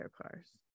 cars